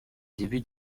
début